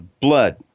blood